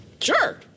Sure